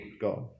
God